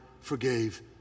forgave